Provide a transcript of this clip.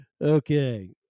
Okay